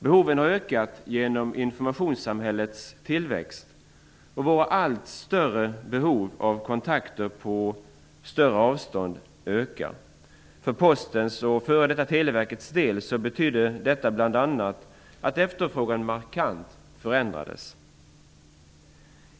Behoven har ökat genom informationssamhällets tillväxt, och våra allt större behov av kontakter på större avstånd ökar. För Postens och f.d. Televerkets del betydde detta bl.a. att efterfrågan markant förändrades.